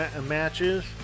matches